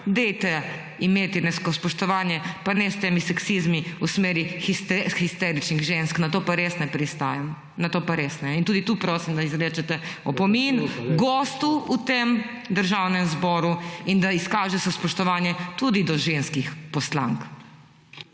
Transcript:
imejte neko spoštovanje pa ne s temi seksizmi v smeri histeričnih žensk. Na to pa res ne pristajam, na to pa res ne. Tudi prosim, da izrečete opomin gostu v tem državnem zboru in da se izkaže spoštovanje tudi do ženskih poslank.